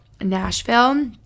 Nashville